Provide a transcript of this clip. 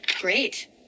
great